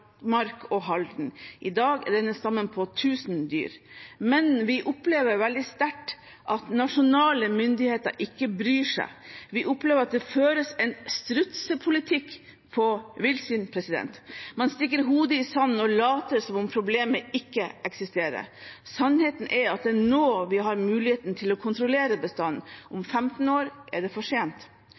og Halden. I dag er denne stammen på 1 000 dyr. Men vi opplever veldig sterkt at nasjonale myndigheter ikke bryr seg. Vi opplever at det føres en strutsepolitikk når det gjelder villsvin. Man stikker hodet i sanden og later som om problemet ikke eksisterer. Sannheten er at det er nå vi har muligheten til å kontrollere bestanden. Om 15 år er det for sent.